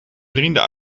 vrienden